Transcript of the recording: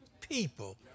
people